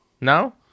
No